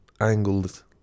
angled